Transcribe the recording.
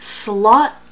slot